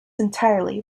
entirely